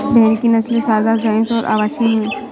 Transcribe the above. भेड़ की नस्लें सारदा, चोइस और अवासी हैं